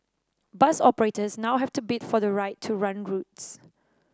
bus operators now have to bid for the right to run routes